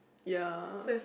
ya